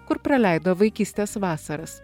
kur praleido vaikystės vasaras